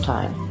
Time